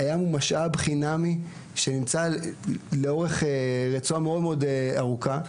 הים הוא משאב חינמי שנמצא לאורך רצועה מאוד מאוד ארוכה.